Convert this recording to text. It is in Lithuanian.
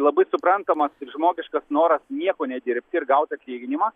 labai suprantamas ir žmogiškas noras nieko nedirbti ir gauti atlyginimą